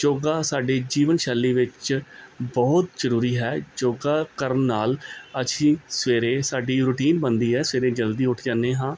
ਯੋਗਾ ਸਾਡੇ ਜੀਵਨਸ਼ੈਲੀ ਵਿੱਚ ਬਹੁਤ ਜ਼ਰੂਰੀ ਹੈ ਯੋਗਾ ਕਰਨ ਨਾਲ ਅਸੀਂ ਸਵੇਰੇ ਸਾਡੀ ਰੂਟੀਨ ਬਣਦੀ ਹੈ ਸਵੇਰੇ ਜਲਦੀ ਉੱਠ ਜਾਦੇ ਹਾਂ